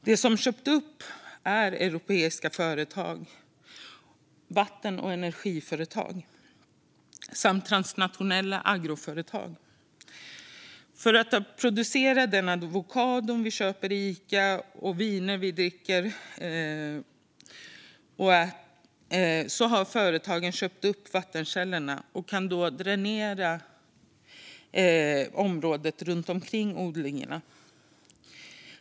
De som köpt upp är europeiska vatten och energiföretag samt transnationella agroföretag. För att producera den avokado vi köper på Ica och de viner vi dricker har företagen köpt upp vattenkällorna. De kan då dränera området runt omkring odlingarna.